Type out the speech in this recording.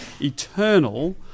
eternal